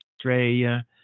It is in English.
Australia